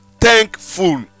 Thankful